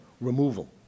removal